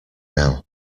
now